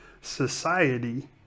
society